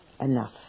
enough